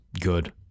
good